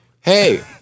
Hey